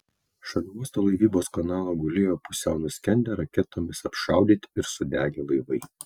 šalia uosto laivybos kanalo gulėjo pusiau nuskendę raketomis apšaudyti ir sudegę laivai